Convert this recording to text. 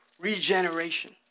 regeneration